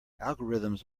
algorithms